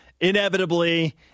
inevitably